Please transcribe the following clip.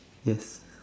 yes